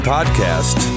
Podcast